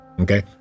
Okay